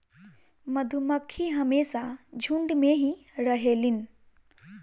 मधुमक्खी हमेशा झुण्ड में ही रहेलीन